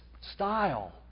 style